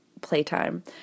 playtime